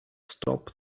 stop